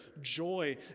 joy